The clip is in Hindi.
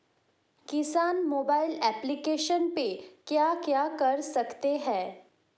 किसान मोबाइल एप्लिकेशन पे क्या क्या कर सकते हैं?